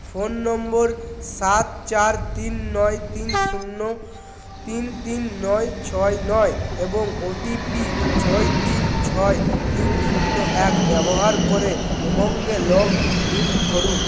phone নম্বর সাত চার তিন নয় তিন শূন্য তিন তিন নয় ছয় নয় এবং ওটিপি ছয় তিন ছয় তিন শূন্য এক ব্যবহার করে উমঙে লগ ইন করুন